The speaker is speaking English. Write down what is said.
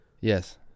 Yes